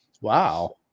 Wow